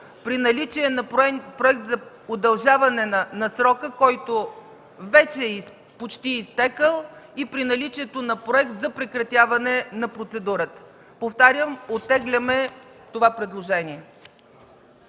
при наличие на проект за удължаване на срока, който вече е почти изтекъл, и при наличието на проект за прекратяване на процедурата. Повтарям – оттегляме това предложение.